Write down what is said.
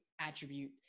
attribute